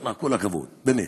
ואללה, כל הכבוד, באמת.